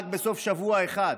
רק בסוף שבוע אחד: